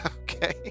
Okay